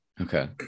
Okay